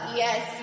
yes